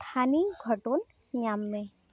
ᱛᱷᱟᱱᱤᱭᱚ ᱜᱷᱚᱴᱚᱱ ᱧᱟᱢ ᱢᱮ